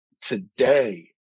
today